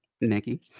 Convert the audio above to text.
Nikki